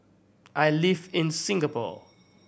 I live in Singapore